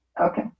okay